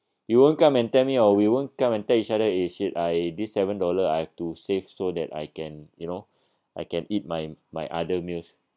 you won't come and tell me or we won't come and tell each other eh shit I this seven dollar I've to save so that I can you know I can eat my my other meals